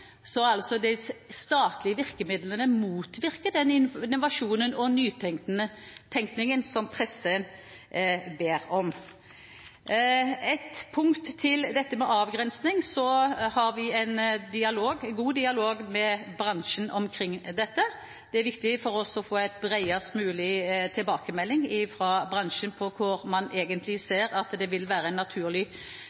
så de statlige virkemidlene motvirker den innovasjonen og nytenkningen som pressen ber om. Et punkt til dette med avgrensning: Vi har en god dialog med bransjen om dette. Det er viktig for oss å få en bredest mulig tilbakemelding fra bransjen om hvor man egentlig